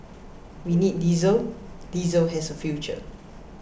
we need diesel diesel has a future